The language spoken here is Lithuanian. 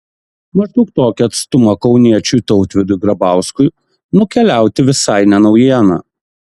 maždaug tokį atstumą kauniečiui tautvydui grabauskui nukeliauti visai ne naujiena